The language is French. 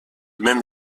même